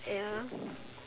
ya